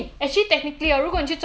ya I want go china man